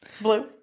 blue